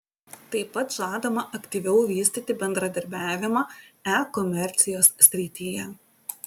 tai pat žadama aktyviau vystyti bendradarbiavimą e komercijos srityje